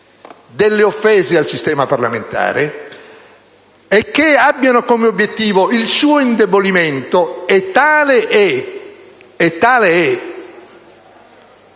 delle offese al sistema parlamentare e che abbiano come obiettivo il suo indebolimento, e tale è